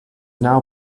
now